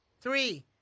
three